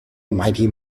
mighty